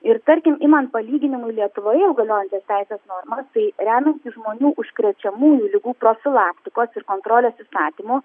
ir tarkim imant palyginimui lietuvoje jau galiojančias teisės normas tai remiantis žmonių užkrečiamųjų ligų profilaktikos ir kontrolės įstatymu